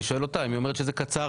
אני שואל אותה אם היא אומרת שזה קצר,